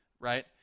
right